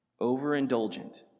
Overindulgent